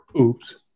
oops